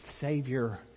Savior